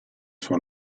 suo